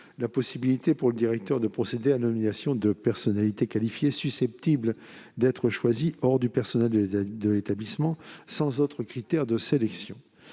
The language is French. la possibilité pour le directeur de procéder à la nomination de « personnalités qualifiées » susceptibles d'être choisies hors du personnel de l'établissement sans autre critère de sélection.